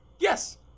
yes